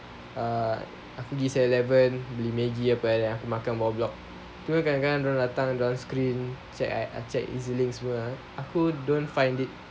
err aku pergi seven eleven beli maggi apa kan aku makan bawah blok tu pun dorang kadang-kadang datang dorang screen check check EZ-link semua aku don't find it